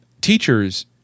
Teachers